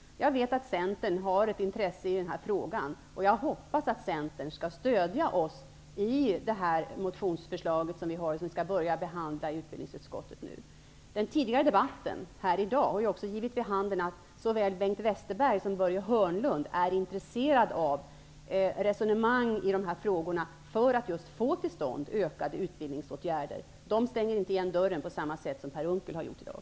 Jag vet att Centern har ett intresse i denna fråga, och jag hoppas att Centern skall stödja oss i detta motionsförslag som vi skall börja behandla i utbildningsutskottet nu. Den tidigare debatten i dag har också givit vid handen att såväl Bengt Westerberg som Börje Hörnlund är intresserade av resonemang i dessa frågar för att få till stånd ökade utbildningsåtgärder. De stänger inte igen dörren på samma sätt som Per Unckel har gjort i dag.